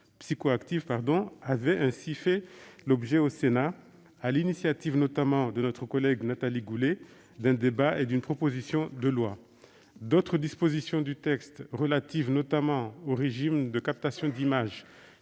psychoactives avait ainsi fait l'objet au Sénat, sur l'initiative notamment de notre collègue Nathalie Goulet, d'un débat et d'une proposition de loi. D'autres dispositions du texte, relatives notamment aux régimes de captation d'images,